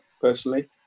personally